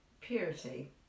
purity